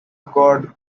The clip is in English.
god